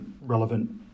relevant